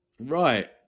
Right